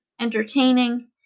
entertaining